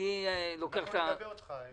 אנחנו נגבה אותך.